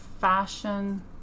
Fashion